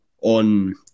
on